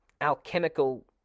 alchemical